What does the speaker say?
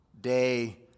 day